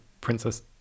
princess